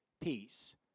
peace